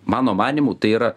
mano manymu tai yra